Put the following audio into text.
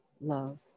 love